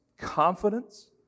confidence